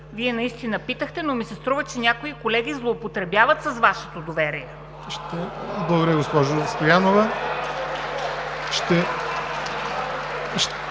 Вие наистина питахте, но ми се струва, че някои колеги злоупотребяват с Вашето доверие (Ръкопляскания от